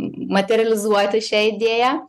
materializuoti šią idėją